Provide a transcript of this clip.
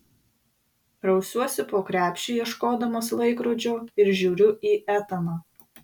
rausiuosi po krepšį ieškodamas laikrodžio ir žiūriu į etaną